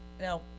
Now